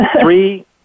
three